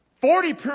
Forty